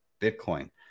Bitcoin